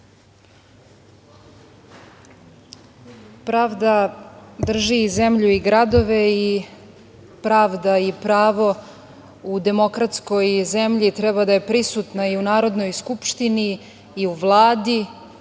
Pravda drži i zemlju i gradove i pravda i pravo u demokratskoj zemlji treba da je prisutna i u Narodnoj skupštini i u Vladi